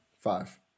five